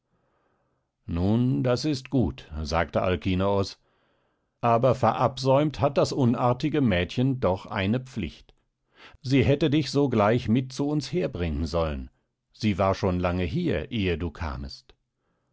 nun das ist gut sagte alkinoos aber verabsäumt hat das unartige mädchen doch eine pflicht sie hätte dich sogleich mit zu uns herbringen sollen sie war schon lange hier ehe du kamest